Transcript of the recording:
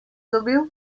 dobil